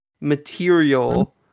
material